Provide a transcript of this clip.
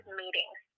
meetings